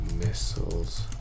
missiles